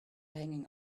hanging